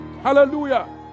Hallelujah